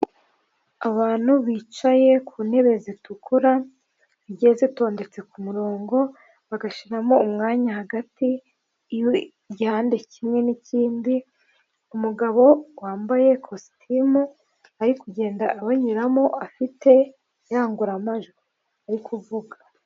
Abantu bicaye ku ntebe zitukura, zigiye zitondetse ku murongo, bagashyiramo umwanya hagati, igihande kimwe n'ikindi, umugabo wambaye kositimu ari kugenda abanyuramo, afite irangururamajwi, ari kuvuga.